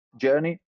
journey